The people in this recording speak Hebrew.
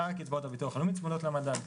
שאר קצבאות הביטוח הלאומי צמודות למדד.